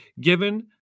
given